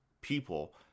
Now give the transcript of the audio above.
people